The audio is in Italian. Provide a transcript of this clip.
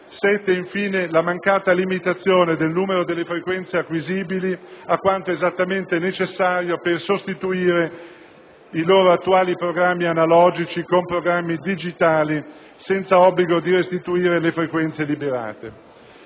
la mancata limitazione del numero di frequenze acquisibili a quanto esattamente necessario per sostituire i loro attuali programmi analogici con programmi digitali, senza obbligo di restituire le frequenze liberate.